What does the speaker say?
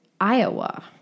Iowa